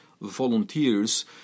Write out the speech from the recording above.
volunteers